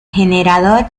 generador